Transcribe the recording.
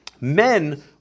Men